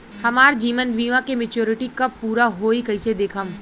हमार जीवन बीमा के मेचीयोरिटी कब पूरा होई कईसे देखम्?